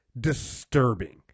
disturbing